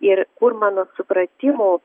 ir kur mano supratimu